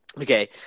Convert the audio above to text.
Okay